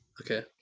Okay